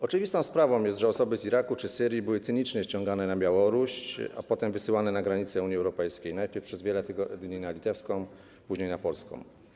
Oczywistą sprawą jest, że osoby z Iraku czy Syrii były cyniczne ściągane na Białoruś, a potem wysyłane na granicę Unii Europejskiej, najpierw przez wiele tygodni na litewską, później na polską.